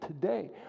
today